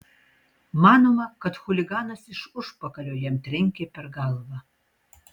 manoma kad chuliganas iš užpakalio jam trenkė per galvą